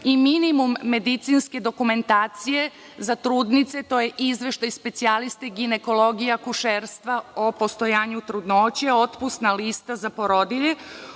i minimum medicinske dokumentacije za trudnice, to je izveštaj specijaliste, ginekologa, akušerstva o postojanju trudnoće, otpusna lista za porodilje